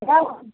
বল